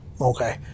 okay